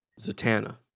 Zatanna